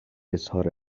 اظهار